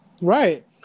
Right